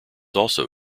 also